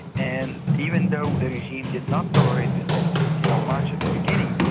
and even though the regime did not tolerate dissent you know much at the beginning,